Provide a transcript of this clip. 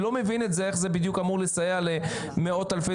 אני לא מבין את זה איך זה בדיוק אמור לסייע למאות אלפי